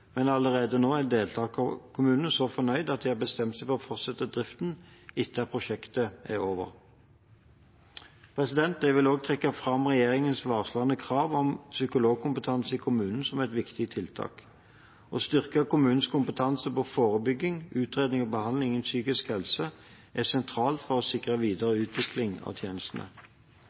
men allerede nå er deltakerkommunene så fornøyd at de har bestemt seg for å fortsette driften etter at prosjektet er over. Jeg vil også trekke fram regjeringens varslede krav om psykologkompetanse i kommunene som et viktig tiltak. Å styrke kommunenes kompetanse på forebygging, utredning og behandling innen psykisk helse er sentralt for å sikre videre